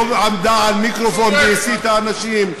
לא עמדה עם מיקרופון והסיתה אנשים.